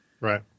Right